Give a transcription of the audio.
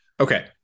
Okay